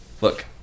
Look